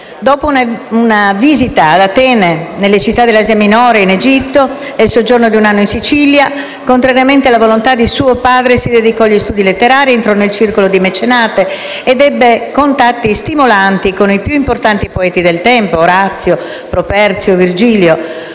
Dopo una visita ad Atene, nelle città dell'Asia minore e in Egitto e il soggiorno di un anno in Sicilia, contrariamente alla volontà di suo padre si dedicò agli studi letterari, entrò nel circolo di Mecenate ed ebbe contatti stimolanti con i più importanti poeti del tempo: Orazio, Properzio, Virgilio.